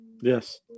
Yes